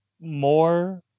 more